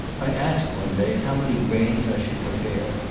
i asked one day how many grains i should prepare,